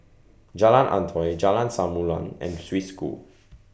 Jalan Antoi Jalan Samulun and Swiss School